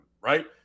right